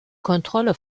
kontrolle